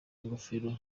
ingofero